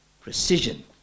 precision